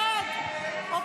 ההסתייגויות לסעיף 70